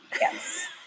Yes